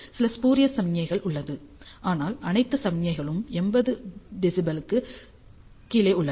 சில ஸ்பூரியஸ் சமிக்ஞைகள் உள்ளது ஆனால் அனைத்து சமிக்ஞைகளும் 80 dB க்குக் கீழே உள்ளன